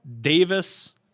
Davis